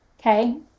okay